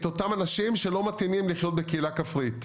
אותם אנשים שלא מתאימים לחיות בקהילה כפרית.